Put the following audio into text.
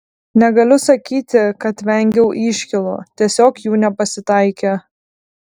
negaliu sakyti kad vengiau iškylų tiesiog jų nepasitaikė